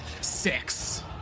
Six